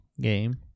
game